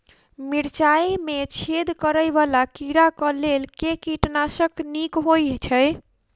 मिर्चाय मे छेद करै वला कीड़ा कऽ लेल केँ कीटनाशक नीक होइ छै?